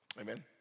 Amen